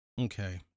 Okay